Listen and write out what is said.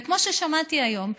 וכמו ששמעתי היום,